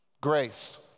grace